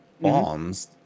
bombs